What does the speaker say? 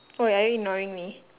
!oi! are you ignoring me